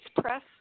Press